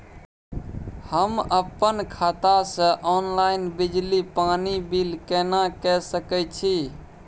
हम अपन खाता से ऑनलाइन बिजली पानी बिल केना के सकै छी?